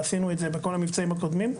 עשינו את זה בכל המבצעים הקודמים,